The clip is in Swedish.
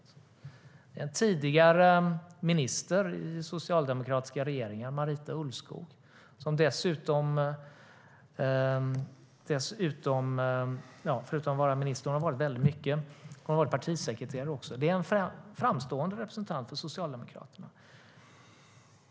Det var en tidigare minister i en socialdemokratisk regering, Marita Ulvskog, som har haft många poster, till exempel partisekreterare. Det är en framstående representant för Socialdemokraterna.